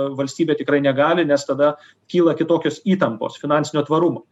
valstybė tikrai negali nes tada kyla kitokios įtampos finansinio tvarumo